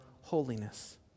holiness